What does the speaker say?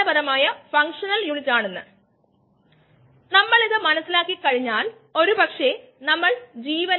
baking വ്യവസായത്തിൽ അമിലേസുകൾ ഉപയോഗിക്കുന്നു